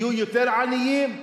יהיו יותר עניים,